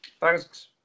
Thanks